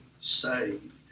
saved